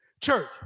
Church